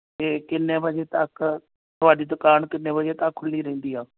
ਇਹ ਕਿੰਨੇ ਵਜੇ ਤੱਕ ਤੁਹਾਡੀ ਦੁਕਾਨ ਕਿੰਨੇ ਵਜੇ ਤੱਕ ਖੁੱਲ੍ਹੀ ਰਹਿੰਦੀ ਆ